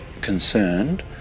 concerned